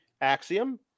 Axiom